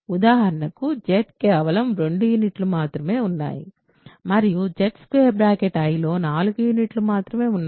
ఉదాహరణకు Z కేవలం 2 యూనిట్లు మాత్రమే ఉన్నాయి మరియు Zi లో 4 యూనిట్లు మాత్రమే ఉన్నాయి